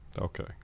Okay